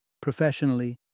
Professionally